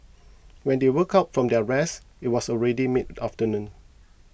when they woke up from their rest it was already mid afternoon